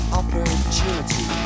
opportunity